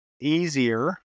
easier